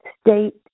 state